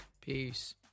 Peace